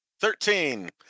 Thirteen